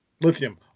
lithium